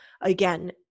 again